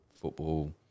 football